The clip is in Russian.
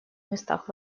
местах